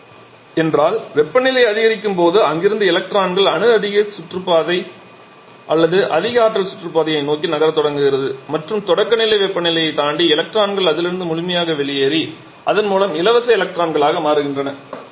அயனியாக்கம் என்றால் வெப்பநிலை அதிகரிக்கும் போது அங்கிருந்து எலக்ட்ரான்கள் அணு அதிக சுற்றுப்பாதை அல்லது அதிக ஆற்றல் சுற்றுப்பாதையை நோக்கி நகரத் தொடங்குகிறது மற்றும் தொடக்கநிலை வெப்பநிலையைத் தாண்டி எலக்ட்ரான்கள் அதிலிருந்து முழுமையாக வெளியேறி அதன் மூலம் இலவச எலக்ட்ரானாக மாறுகின்றன